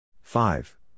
five